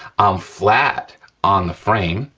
i'm flat on the frame,